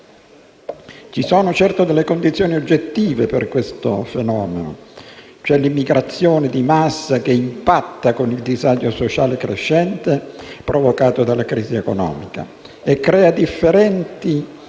Ci sono delle condizioni oggettive per questo: c'è il fenomeno dell'immigrazione di massa che impatta con il disagio sociale crescente provocato dalla crisi economica e crea differenti approdi,